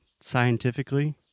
scientifically